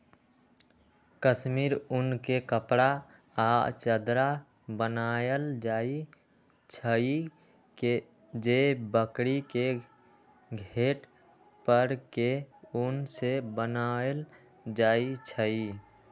कस्मिर उन के कपड़ा आ चदरा बनायल जाइ छइ जे बकरी के घेट पर के उन से बनाएल जाइ छइ